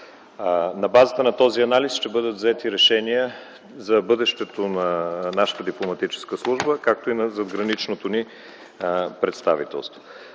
На базата на този анализ ще бъдат взети решения за бъдещето на нашата дипломатическа служба, както и на задграничното ни представителство.